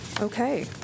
Okay